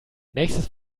nächstes